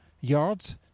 yards